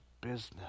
business